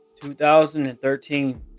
2013